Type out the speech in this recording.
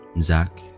Zach